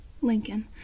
Lincoln